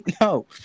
No